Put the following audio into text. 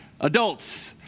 adults